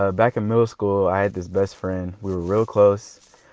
ah back in middle school i had this best friend. we were real close.